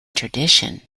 tradition